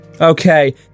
Okay